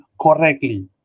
correctly